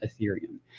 Ethereum